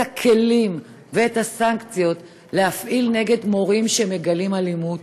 הכלים ואת הסנקציות להפעיל נגד מורים שמגלים אלימות.